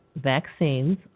vaccines